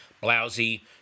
blousy